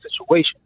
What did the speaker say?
situation